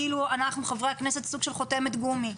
כאילו אנחנו חברי הכנסת סוג של חותמת גומי.